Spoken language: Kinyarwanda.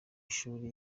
ishuri